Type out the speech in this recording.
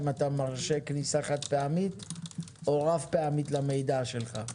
אם אתה מרשה כניסה חד-פעמית או רב-פעמית למידע שלך.